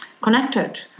connected